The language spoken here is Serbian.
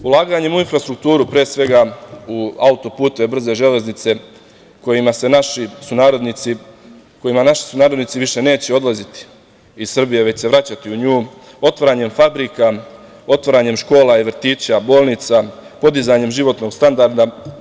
Ulaganjem u infrastrukturu, pre svega u auto-puteve, brze železnice kojima naši sunarodnici više neće odlaziti iz Srbije, već se vraćati u nju, otvaranjem fabrika, otvaranjem škola i vrtića, bolnica, podizanjem životnog standarda.